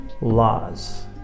laws